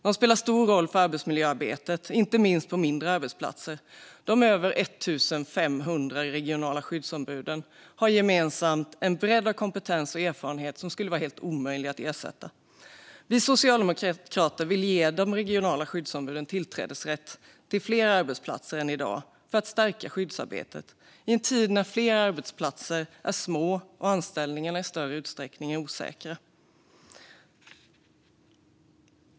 De spelar stor roll för arbetsmiljöarbetet, inte minst på mindre arbetsplatser. De över 1 500 regionala skyddsombuden har gemensamt en bred kompetens och erfarenhet som skulle vara omöjlig att ersätta. Vi socialdemokrater vill ge de regionala skyddsombuden tillträdesrätt till fler arbetsplatser än i dag för att stärka skyddsarbetet i en tid när fler arbetsplatser är små och anställningarna i större utsträckning är osäkra.